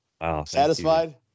Satisfied